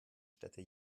städte